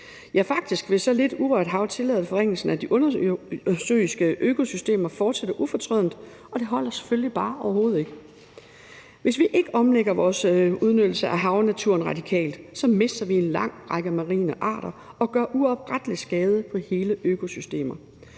Ja, faktisk vil så lidt urørt hav tillade, at forringelsen af de undersøiske økosystemer fortsætter ufortrødent, og det holder selvfølgelig bare overhovedet ikke. Hvis vi ikke omlægger vores udnyttelse af havnaturen radikalt, mister vi en lang række marine arter og gør uoprettelig skade på hele økosystemet.